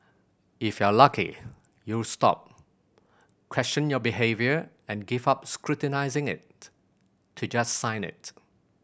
if you're lucky you'll stop question your behaviour and give up scrutinising it to just sign it